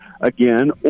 again